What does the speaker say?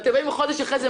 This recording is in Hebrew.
אתם באים חודש אחרי זה,